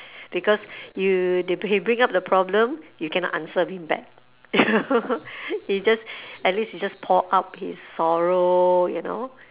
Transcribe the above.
because you they he bring up the problem you cannot answer him back he just at least he just pour out his sorrow you know